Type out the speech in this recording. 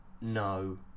no